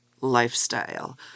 lifestyle